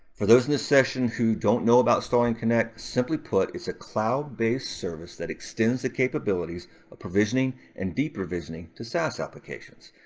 for those in this session who don't know about starling connect, simply put, it's a cloud-based service that extends the capabilities of provisioning and deprovisioning to saas applications.